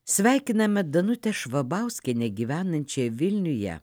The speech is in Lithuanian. sveikiname danutę švabauskienę gyvenančią vilniuje